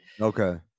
okay